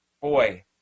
Boy